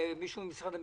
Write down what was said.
פה נציג ממשרד המשפטים?